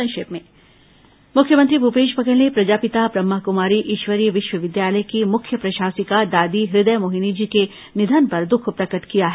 संक्षिप्त समाचार मुख्यमंत्री भूपेश बघेल ने प्रजापिता ब्रम्हाकूमारी ईश्वरीय विश्वविद्यालय की मुख्य प्रशासिका दादी हृदयमोहिनी जी के निधन पर दुख प्रकट किया है